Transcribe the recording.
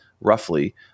roughly